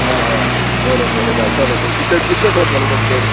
हां हां बरें बरें घालता डॉक्टर कितले कितले जावपाक लागलो डॉक्टर